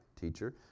teacher